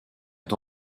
est